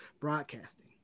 broadcasting